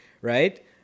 right